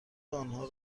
آنها